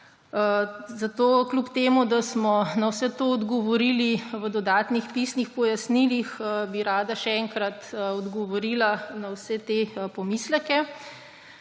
rada, kljub temu da smo na vse to odgovorili v dodatnih pisnih pojasnilih, še enkrat odgovorila na vse te pomisleke.